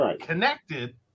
connected